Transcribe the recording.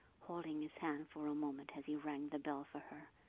holding his hand for a moment as he rang the bell for her.